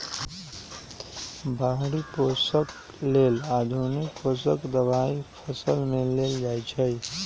बाहरि पोषक लेल आधुनिक पोषक दबाई फसल में देल जाइछइ